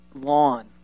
lawn